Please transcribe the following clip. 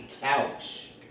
couch